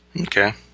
Okay